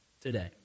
today